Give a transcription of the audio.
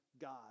God